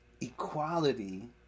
Equality